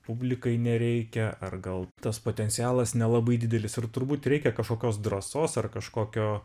publikai nereikia ar gal tas potencialas nelabai didelis ir turbūt reikia kažkokios drąsos ar kažkokio